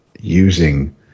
using